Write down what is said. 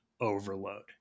overload